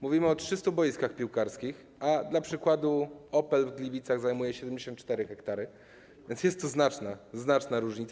Mówimy o 300 boiskach piłkarskich, a dla przykładu Opel w Gliwicach zajmuje 74 ha, więc jest to znaczna, znaczna różnica.